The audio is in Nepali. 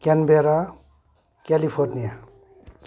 Canberra California